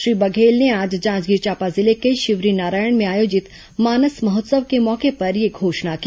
श्री बघेल ने आज जांजगीर चांपा जिले के शिवरीनारायण में आयोजित मानस महोत्सव के मौके पर यह घोषणा की